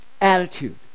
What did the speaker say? attitude